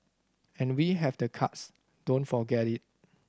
and we have the cards don't forget it